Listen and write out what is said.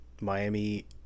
Miami